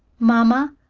mamma,